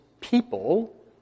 people